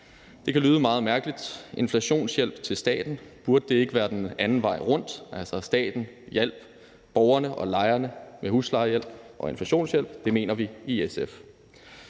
Det kan lyde meget mærkeligt – inflationshjælp til staten. Burde det ikke være den anden vej rundt, altså at staten hjalp borgerne og lejerne med huslejehjælp og inflationshjælp? Det mener vi i SF.